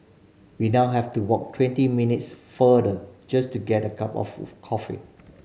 we now have to walk twenty minutes farther just to get a cup of coffee